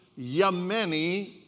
Yemeni